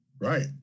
Right